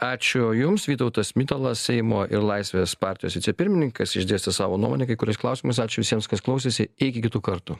ačiū jums vytautas mitalas seimo ir laisvės partijos vicepirmininkas išdėstė savo nuomonę kai kuriais klausimais ačiū visiems kas klausėsi iki kitų kartų